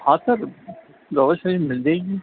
ہاں سر مل جائے گی